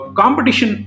competition